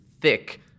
thick